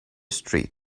street